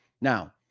Now